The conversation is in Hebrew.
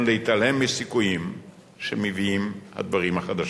להתעלם מסיכויים שמביאים הדברים החדשים.